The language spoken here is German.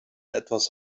etwas